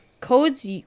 Codes